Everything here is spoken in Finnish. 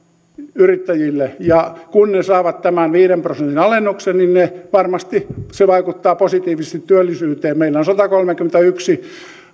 ja kun he saavat tämän viiden prosentin alennuksen niin varmasti se vaikuttaa positiivisesti työllisyyteen meillä on satakolmekymmentäyksi